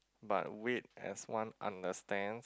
but wait as one understands